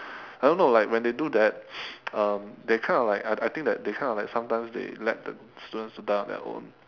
I don't know like when they do that um they kind of like I I think that they kind of like sometimes they let the students to die on their own